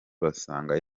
basanga